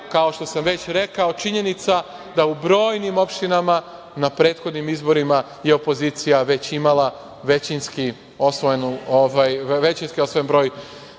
kao što sam već rekao, činjenica da u brojnim opštinama na prethodnim izborima je opozicija već imala većinski osvojen broj